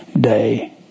day